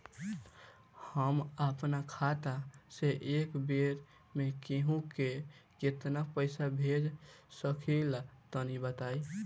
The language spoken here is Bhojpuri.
हम आपन खाता से एक बेर मे केंहू के केतना पईसा भेज सकिला तनि बताईं?